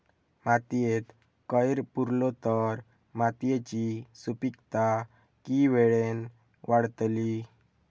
मातयेत कैर पुरलो तर मातयेची सुपीकता की वेळेन वाडतली?